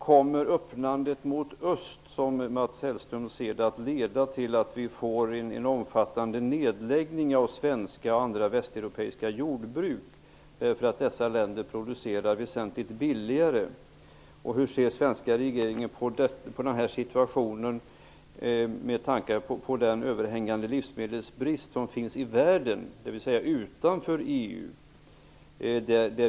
Kommer öppnandet mot Öst, som Mats Hellström ser det, att leda till att vi får en omfattande nedläggning svenska och andra västeuropeiska jordbruk, därför att dessa länder producerar väsentligt billigare? Hur ser den svenska regeringen på situationen med tanke på den överhängande livsmedelsbrist som finns ute i världen, dvs. utanför EU?